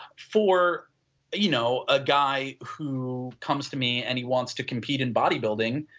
for you know a guy who comes to me and he wants to compete in body building,